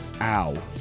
Ow